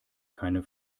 keine